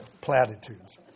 platitudes